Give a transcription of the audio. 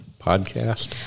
podcast